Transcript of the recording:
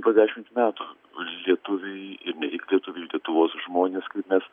po dešim metų lietuviai ir ne tik lietuviai lietuvos žmonės mes